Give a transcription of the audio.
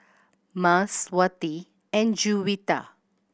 Mas Wati and Juwita